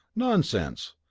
nonsense!